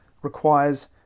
requires